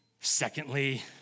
Secondly